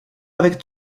avec